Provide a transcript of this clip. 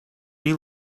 you